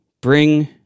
bring